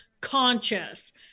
conscious